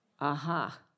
Aha